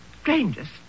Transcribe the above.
strangest